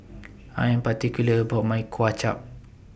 I Am particular about My Kuay Chap